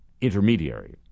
intermediary